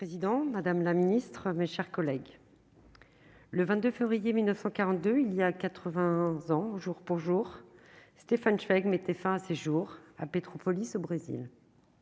madame la ministre, mes chers collègues, le 22 février 1942 il y a 91 ans jour pour jour, Stéphane Schleck mettait fin à ses jours à Petropolis, au Brésil,